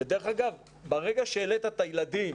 דרך אגב, ברגע שהעלית את הילדים